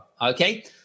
Okay